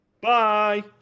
Bye